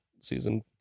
season